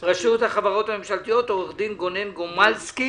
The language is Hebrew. הנושא הארגוני הוא דבר מקצועי.